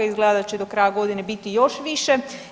Izgleda da će do kraja godine biti još više.